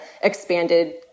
expanded